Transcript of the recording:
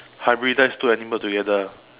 hybridise two animals together